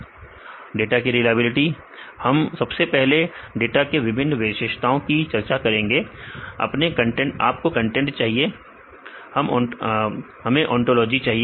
विद्यार्थी डाटा में रिलायबिलिटी सही है तो हम सबसे पहले डेटाबेस के विभिन्न विशेषताओं की चर्चा करेंगे अपने कंटेंट चाहिए हमें ओंनटोलॉजी चाहिए